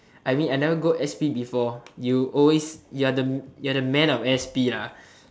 I mean I never go s_p before you always you are the you are the man of s_p ah